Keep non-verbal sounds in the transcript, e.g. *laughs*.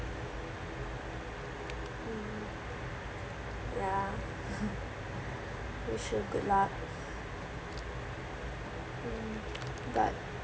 mm ya *laughs* wish you good luck hmm but